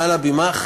מעל הבימה,